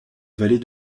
vallée